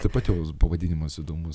taip pat jos pavadinimas įdomus